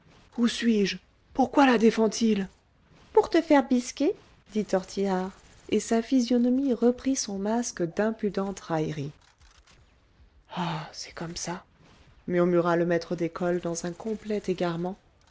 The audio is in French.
où suis-je pourquoi la défend il pour te faire bisquer dit tortillard et sa physionomie reprit son masque d'impudente raillerie ah c'est comme ça murmura le maître d'école dans un complet égarement